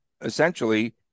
essentially